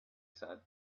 said